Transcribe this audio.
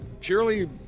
Purely